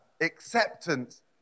acceptance